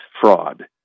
fraud